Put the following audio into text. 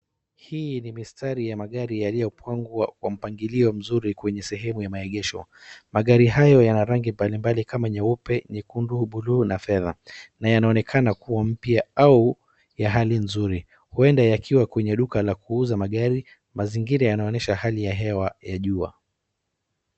Hii ni mistari ya magari yaliyopangwa kwa mpangilio mzuri kwenye sehemu ya maegesho. Magari hayo yana rangi mbalimbali kama nyeupe, nyekundu, bluu na fedha na yanaonekana kuwa mpya au ya hali nzuri. Huenda yakiwa kwenye duka la kuuza magari. Mazingira yanaonyesha hali ya hewa ya jua.